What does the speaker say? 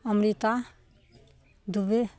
Amrita Dubey